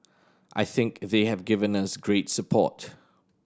I think they have given us great support